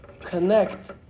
connect